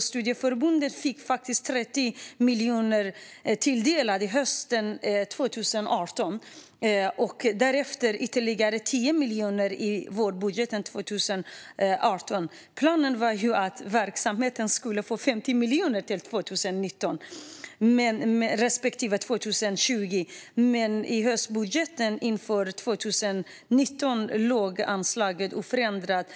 Studieförbunden fick 30 miljoner för hösten 2018 och ytterligare 10 miljoner i vårbudgeten 2018. Planen var att verksamheten skulle få 50 miljoner 2019 respektive 2020, men i höstbudgeten inför 2019 låg anslaget oförändrat